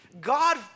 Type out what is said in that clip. God